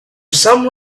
some